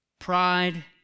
Pride